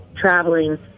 traveling